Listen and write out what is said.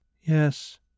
Yes